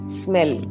smell